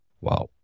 Wow